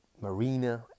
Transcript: marina